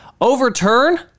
Overturn